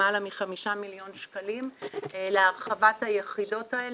למעלה מחמישה מיליון שקלים להרחבת היחידות האלה,